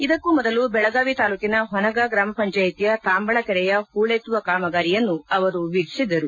ಇದಕ್ಕೂ ಮೊದಲು ಬೆಳಗಾವಿ ತಾಲೂಕಿನ ಹೊನಗಾ ಗ್ರಾಮ ಪಂಚಾಯಿತಿಯ ತಾಂಬಳ ಕೆರೆಯ ಪೂಳೆತ್ತುವ ಕಾಮಗಾರಿಯನ್ನು ಅವರು ವೀಕ್ಷಿಸಿದರು